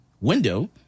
window